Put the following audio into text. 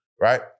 right